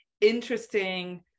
interesting